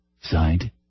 Signed